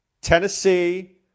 Tennessee